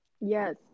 Yes